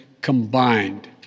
combined